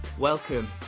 Welcome